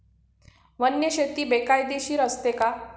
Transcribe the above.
वन्यजीव शेती बेकायदेशीर असते का?